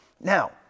Now